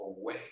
away